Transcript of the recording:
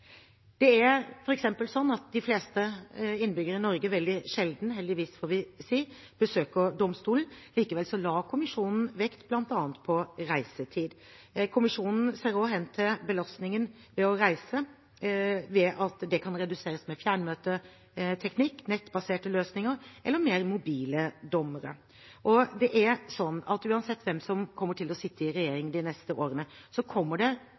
De fleste innbyggere i Norge besøker veldig sjelden domstolen – heldigvis, får vi si. Likevel la kommisjonen vekt på bl.a. reisetid. Kommisjonen ser også hen til at belastningen ved å reise kan reduseres ved fjernmøteteknikk, nettbaserte løsninger eller mer mobile dommere. Uansett hvem som kommer til å sitte i regjering de neste årene, kommer det